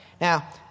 Now